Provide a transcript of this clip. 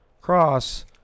Cross